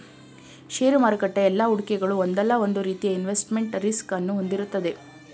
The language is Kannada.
ಷೇರು ಮಾರುಕಟ್ಟೆ ಎಲ್ಲಾ ಹೂಡಿಕೆಗಳು ಒಂದಲ್ಲ ಒಂದು ರೀತಿಯ ಇನ್ವೆಸ್ಟ್ಮೆಂಟ್ ರಿಸ್ಕ್ ಅನ್ನು ಹೊಂದಿರುತ್ತದೆ